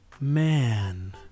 Man